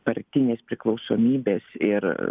partinės priklausomybės ir